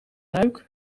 luik